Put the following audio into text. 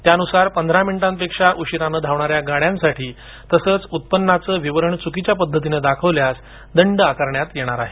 त्यानुसार पंधरा मिनिटांपेक्षा उशिराने धावणाऱ्या गाड्यांसाठी तसंच उत्पन्नाच विवरण चुकीच्या पद्धतीने दाखवल्यास दंड आकारण्यात येणार आहे